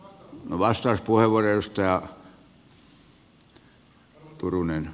no vastauspuheenvuoro edustaja turunen